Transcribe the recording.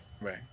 right